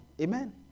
Amen